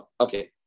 Okay